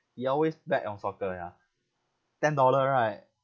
he always bet on soccer ya ten dollar right